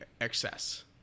excess